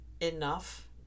enough